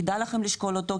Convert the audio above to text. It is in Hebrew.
כדאי לכם לשקול אותו,